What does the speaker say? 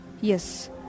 yes